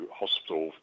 hospital